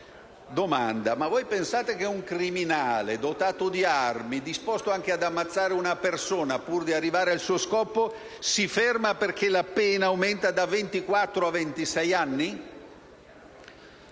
Ma voi pensate che un criminale, dotato di armi e disposto anche ad ammazzare una persona pur di arrivare al suo scopo, si fermerebbe perché la pena è aumentata da